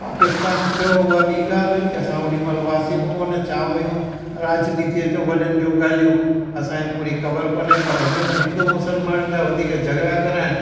पाकिस्तान थियो उहा ॿी ॻाल्हि हुई असां ओॾी महिल हुआसीं बि कोन छा हुयूं राॼनीतीअ जूं वॾनि जूं ॻाल्हियूं असां खे पूरी ख़बरूं कोन पर हींअर हिंदू मुसलमान जा वधीक झॻिड़ा कराइणु